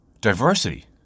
diversity